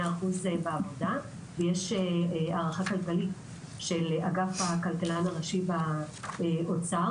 יש הערכה כלכלית של אגף הכלכלן הראשי באוצר